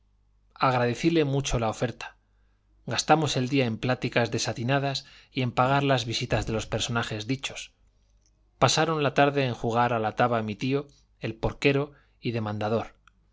agradecíle mucho la oferta gastamos el día en pláticas desatinadas y en pagar las visitas a los personajes dichos pasaron la tarde en jugar a la taba mi tío el porquero y demandador